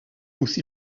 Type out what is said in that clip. aussi